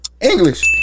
english